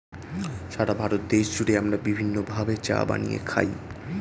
সারা ভারত দেশ জুড়ে আমরা বিভিন্ন ভাবে চা বানিয়ে খাই